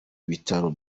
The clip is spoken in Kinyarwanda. bitaro